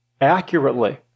accurately